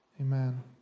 Amen